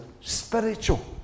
spiritual